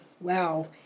wow